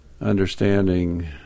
understanding